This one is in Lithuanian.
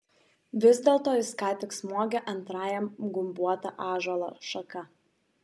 vis dėlto jis ką tik smogė antrajam gumbuota ąžuolo šaka